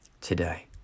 today